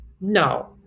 no